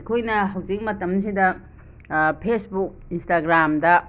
ꯑꯩꯈꯣꯏꯅ ꯍꯧꯖꯤꯛ ꯃꯇꯝꯁꯤꯗ ꯐꯦꯁꯕꯨꯛ ꯏꯟꯁꯇꯥꯒ꯭ꯔꯥꯝꯗ